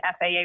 FAA